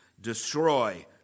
destroy